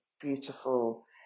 beautiful